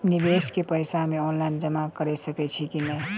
निवेश केँ पैसा मे ऑनलाइन जमा कैर सकै छी नै?